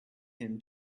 him